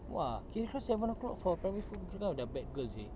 !wah! keluar seven o'clock for a primary school kau dah bad girl seh